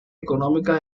económicas